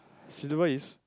silver is